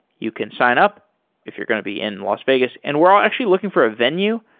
you can sign up if you're going to be in las vegas, and we're actually looking for a venue.